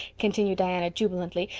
continued diana jubilantly.